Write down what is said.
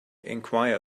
enquire